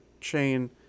chain